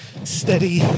steady